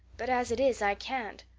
but as it is i can't.